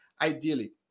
ideally